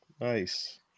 Nice